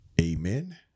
amen